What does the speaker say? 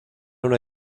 una